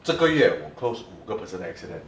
这个月我 close 五个 personal accident